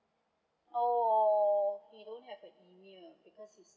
oh he don't have a email because he